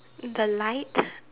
the light